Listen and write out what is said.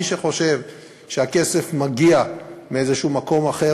מי שחושב שהכסף מגיע מאיזה מקום אחר,